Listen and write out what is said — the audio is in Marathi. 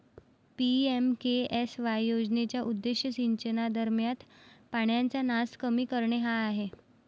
पी.एम.के.एस.वाय योजनेचा उद्देश सिंचनादरम्यान पाण्याचा नास कमी करणे हा आहे